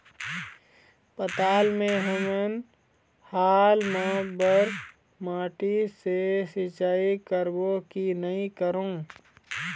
पताल मे हमन हाल मा बर माटी से सिचाई करबो की नई करों?